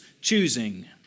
choosing